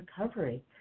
recovery